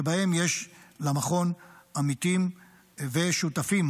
שבהן יש למכון עמיתים ושותפים.